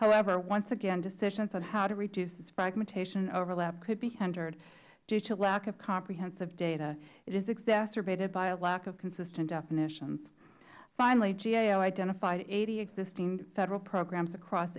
however once again decisions on how to reduce its fragmentation and overlap could be hindered due to lack of comprehensive data it is exacerbated by a lack of consistent definition finally gao identified eighty existing federal programs across